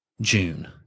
June